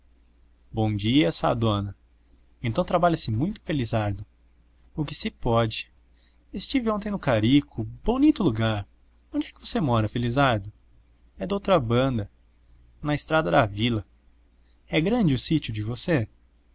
falou bons dias sá dona então trabalha-se muito felizardo o que se pode estive ontem no carico bonito lugar onde é que você mora felizardo é doutra banda na estrada da vila é grande o sítio de você